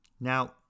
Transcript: now